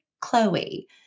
Chloe